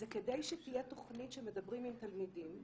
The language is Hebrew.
זה כדי שתהיה תוכנית שמדברים עם תלמידים,